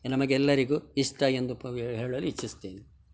ನಮಗೆಲ್ಲರಿಗು ಇಷ್ಟ ಎಂದು ಹೇಳಲು ಇಚ್ಛಿಸ್ತೇನೆ